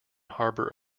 harbour